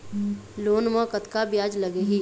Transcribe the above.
Loan म कतका ब्याज लगही?